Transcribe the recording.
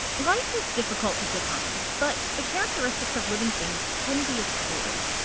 life is difficult to define, but the characteristics of living things can be explored.